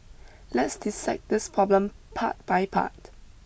let's dissect this problem part by part